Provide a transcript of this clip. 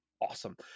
awesome